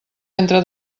entre